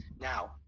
Now